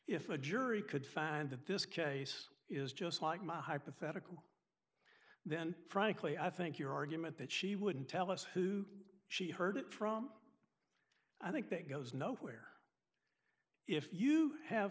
if a jury could find that this case is just like my hypothetical then frankly i think your argument that she wouldn't tell us who she heard it from i think that goes nowhere if you have